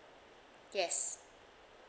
yes